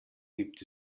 gibt